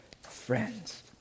friends